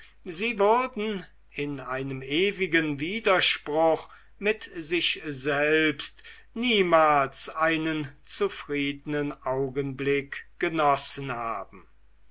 sie würden in einem ewigen widerspruch mit sich selbst niemals einen zufriedenen augenblick genossen haben